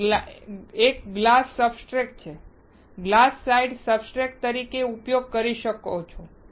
તે એક glass substrate છે ગ્લાસ સ્લાઇડ સબસ્ટ્રેટ તરીકે ઉપયોગ કરી શકાય છે